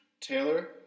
Taylor